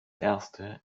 erste